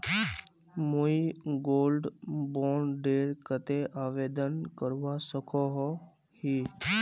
मुई gold bond डेर केते आवेदन करवा सकोहो ही?